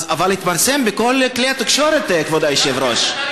אבל התפרסם בכל כלי התקשורת, כבוד היושב-ראש.